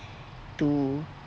to